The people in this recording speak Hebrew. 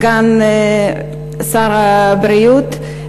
סגן שר הבריאות,